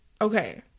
okay